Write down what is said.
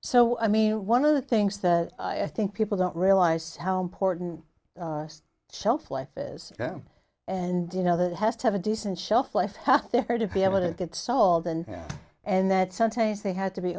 so i mean one of the things that i think people don't realize how important shelf life is and you know that has to have a decent shelf life has to be able to get solved and and that sometimes they had to be